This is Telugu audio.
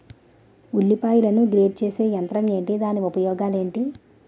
ఉల్లిపాయలను గ్రేడ్ చేసే యంత్రం ఏంటి? దాని ఉపయోగాలు ఏంటి?